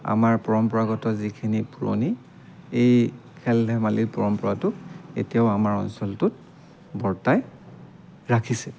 আমাৰ পৰম্পৰাগত যিখিনি পুৰণি এই খেল ধেমালি পৰম্পৰাটো এতিয়াও আমাৰ অঞ্চলটোত বৰ্তাই ৰাখিছে